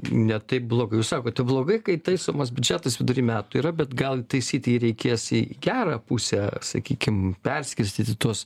ne taip blogai jūs sakote blogai kai taisomas biudžetas vidury metų yra bet gal taisyti jį reikės į gerą pusę sakykim perskirstyti tuos